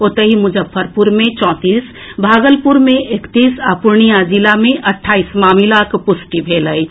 ओतहि मुजफ्फरपुर मे चौंतीस भागलपुर मे एकतीस आ पूर्णियां जिला मे अट्ठाईस मामिलाक पुष्टि भेल अछि